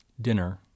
Dinner